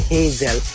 Hazel